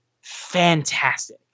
fantastic